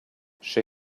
she